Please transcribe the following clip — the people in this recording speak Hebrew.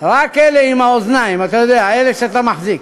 רק אלה עם האוזניים, אתה יודע, אלה שאתה מחזיק.